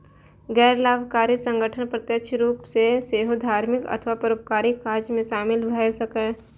गैर लाभकारी संगठन प्रत्यक्ष रूप सं सेहो धार्मिक अथवा परोपकारक काज मे शामिल भए सकैए